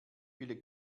viele